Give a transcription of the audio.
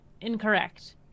incorrect